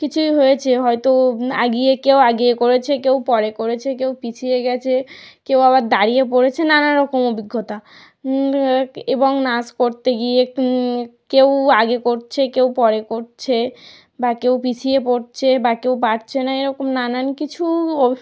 কিছুই হয়েছে হয়তো এগিয়ে কেউ এগিয়ে করেছে কেউ পরে করেছে কেউ পিছিয়ে গিয়েছে কেউ আবার দাঁড়িয়ে পড়েছে নানা রকম অভিজ্ঞতা এবং নাচ করতে গিয়ে কেউ আগে করছে কেউ পরে করছে বা কেউ পিছিয়ে পরছে বা কেউ পারছে না এরকম নানান কিছু ও